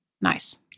nice